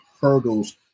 hurdles